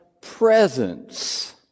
Presence